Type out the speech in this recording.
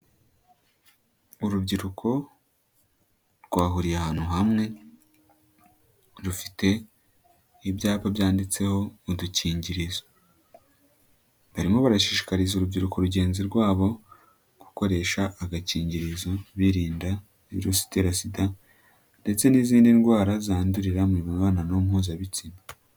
Urubyiruko rwahuriye ahantu hamwe rufite ibyapa byanditseho udukingirizo, barimo barashikariza urubyiruko rugenzi rwabo gukoresha agakingirizo birinda virusi itera SIDA ndetse n'izindi ndwara zandurira mu mibonano mpuzabitsina.